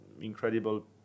incredible